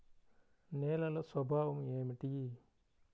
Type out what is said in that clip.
నేలల స్వభావం ఏమిటీ?